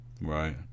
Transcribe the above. right